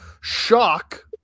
shock